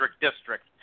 district